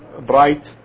bright